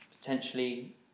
potentially